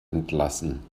entlassen